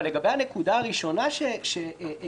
אבל לגבי הנקודה הראשונה שהעלית,